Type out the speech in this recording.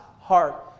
heart